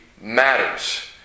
matters